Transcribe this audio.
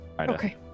Okay